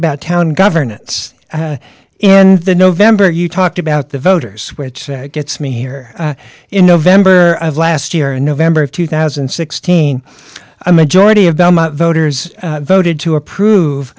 about town governance in the november you talked about the voters which gets me here in november of last year in november of two thousand and sixteen a majority of them voters voted to approve